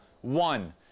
one